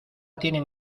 tienen